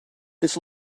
this